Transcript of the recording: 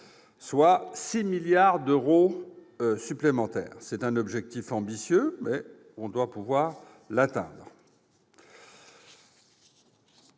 soit 6 milliards d'euros supplémentaires. Cet objectif est ambitieux, mais nous devrions pouvoir l'atteindre.